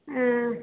ஆ